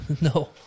No